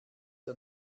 der